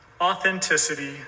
authenticity